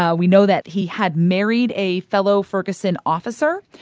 ah we know that he had married a fellow ferguson officer,